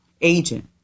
agent